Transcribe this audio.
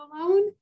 alone